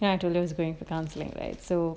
then I have to lose going for counselling right so